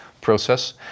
process